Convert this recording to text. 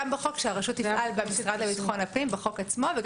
בחוק עצמו שהרשות תפעל במשרד לביטחון הפנים וגם